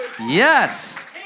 Yes